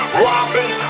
robbing